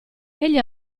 egli